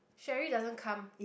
Cherry doesn't come